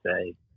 say